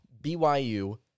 BYU